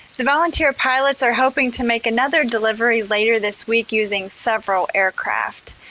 the volunteer pilots are hoping to make another delivery later this week using several aircraft.